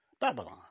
Babylon